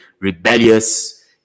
rebellious